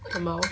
lmao